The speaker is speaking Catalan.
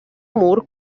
mur